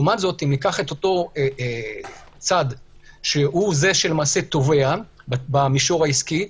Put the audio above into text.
לעומת זה אם ניקח את הצד שהוא שתובע במישור העסקי,